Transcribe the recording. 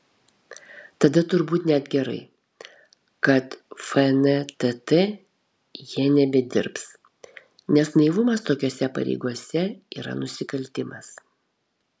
tada turbūt net gerai kad fntt jie nebedirbs nes naivumas tokiose pareigose yra nusikaltimas